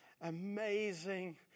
amazing